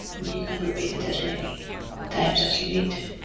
you can repeat it as many times as you need to